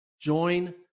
Join